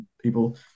people